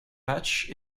match